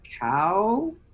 cow